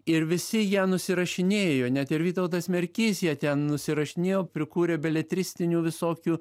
ir visi ją nusirašinėjo net ir vytautas merkys ją ten nusirašinėjo prikūrė beletristinių visokių